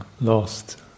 lost